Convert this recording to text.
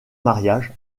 mariage